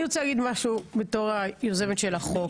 אני רוצה להגיד משהו בתור היוזמת של החוק.